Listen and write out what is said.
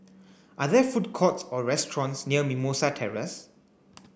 are there food courts or restaurants near Mimosa Terrace